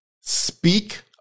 speak